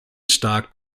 stock